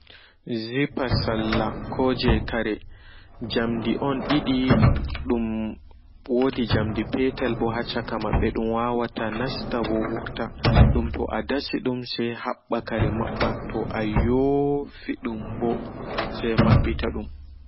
Zippper sarla koje kare jamdi on didi dum wodi jamdi petelɓo ha caka maɓɓe dum wawata nasta ɓo wurta dum toa dasi dum se haɓɓa kare maɓɓa toa yoofi dum ɓo se maɓɓita dum.